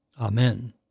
Amen